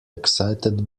excited